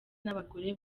n’abagore